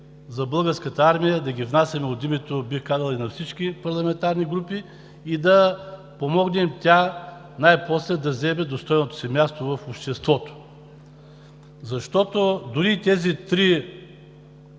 за Българската армия, да ги внасяме от името на, бих казал, всички парламентарни групи и да помогнем тя най-после да си заеме достойното място в обществото. Дори и тези три